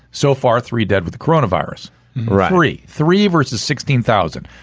so far, three dead with coronavirus murari, three versus sixteen thousand.